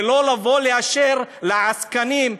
ולא לבוא לאשר לעסקנים,